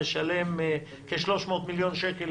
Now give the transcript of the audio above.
משלם כ-300 מיליון שקלים